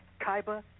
Kaiba